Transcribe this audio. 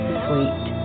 sweet